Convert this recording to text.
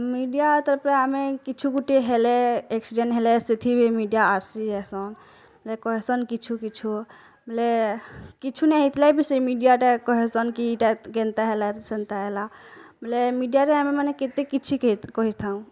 media ତାର୍ ପରେ ଆମେ କିଛୁ ଗୁଟେ ହେଲେ ଆକ୍ସିଡ଼େଣ୍ଟ ହେଲେ ସେଥିରେ ମିଡ଼ିଆ ଆସି ଆଏସନ୍ ଏ କହେସନ୍ କିଛୁ କିଛୁ ଲେ କିଛୁ ନା ହେଇଥିଲେ ବି ସେ ମିଡ଼ିଆଟା କହେସନ୍ କି ଇଟା କେନ୍ତା ହେଲା ସେନ୍ତା ହେଲା ବୋଲେ ମିଡ଼ିଆରେ ଆମେ ମାନେ କେତେ କିଛି କହି କହିଥାଉଁ